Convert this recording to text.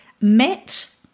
met